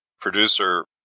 producer